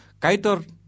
kaitor